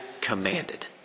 commanded